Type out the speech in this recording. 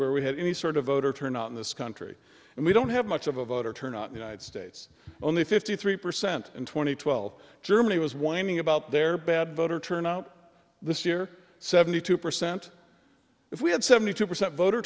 where we had any sort of voter turnout in this country and we don't have much of a voter turnout united states only fifty three percent in two thousand and twelve germany was whining about their bad voter turnout this year seventy two percent if we had seventy two percent voter